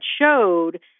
showed